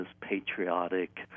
patriotic